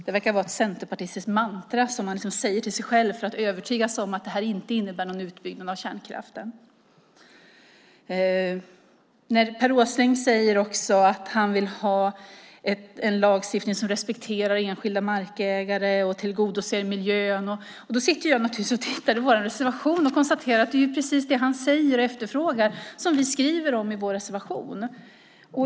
Det verkar vara ett centerpartistiskt mantra som man säger till sig själv för att övertyga sig om att det inte innebär någon utbyggnad av kärnkraften. Per Åsling säger också att han vill ha en lagstiftning som respekterar enskilda markägare och tillgodoser miljön. Jag sitter och tittar i vår reservation och konstaterar att han säger och efterfrågar precis det som vi skriver om i vår reservation.